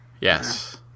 Yes